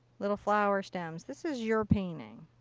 little flower stems. this is your painting.